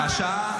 אחד.